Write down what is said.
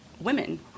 women